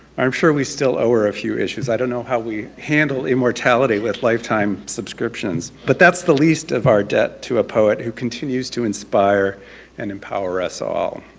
i'm sure we still owe her a few issues. i don't know how we handle immortality with lifetime subscriptions. but that's the least of our debt to a poet who continues to inspire and empower us all.